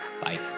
Bye